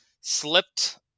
Slipped